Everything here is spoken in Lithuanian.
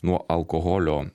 nuo alkoholio